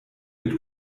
mit